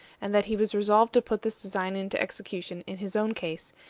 and that he was resolved to put this design into execution in his own case,